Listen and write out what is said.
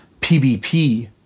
PBP